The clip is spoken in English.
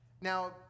Now